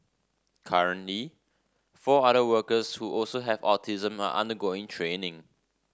currently four other workers who also have autism are undergoing training